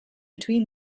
between